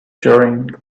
sharing